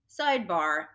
sidebar